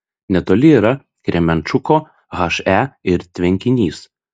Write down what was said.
netoli yra kremenčuko he ir tvenkinys